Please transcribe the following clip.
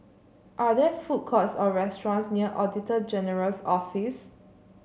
are there food courts or restaurants near Auditor General's Office